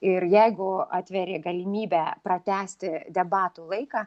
ir jeigu atveri galimybę pratęsti debatų laiką